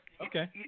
Okay